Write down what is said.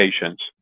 patients